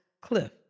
Cliff